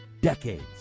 decades